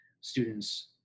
students